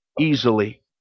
Easily